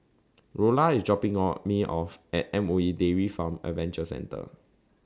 Rolla IS dropping Me off At M O E Dairy Farm Adventure Centre